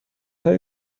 های